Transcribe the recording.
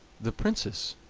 the princess,